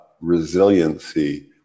resiliency